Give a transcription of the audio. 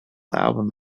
album